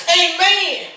amen